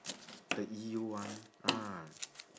the E_U one ah